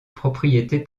propriété